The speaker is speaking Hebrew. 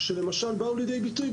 שבאו לידי ביטוי,